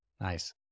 Nice